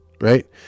right